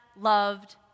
loved